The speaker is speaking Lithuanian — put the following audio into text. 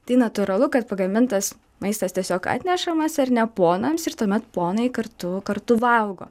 tai natūralu kad pagamintas maistas tiesiog atnešamas ar ne ponams ir tuomet ponai kartu kartu valgo